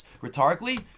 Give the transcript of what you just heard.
rhetorically